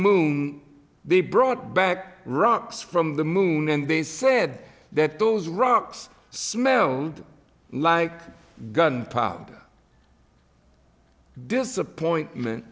moon they brought back rocks from the moon and they said that those rocks smelled like gunpowder disappointment